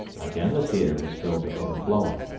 again the theatre was filled to overflowing,